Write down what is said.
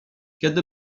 kiedy